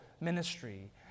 ministry